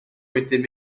wedyn